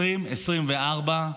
2024,